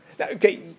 Okay